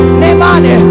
nemane